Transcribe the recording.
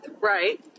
Right